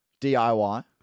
DIY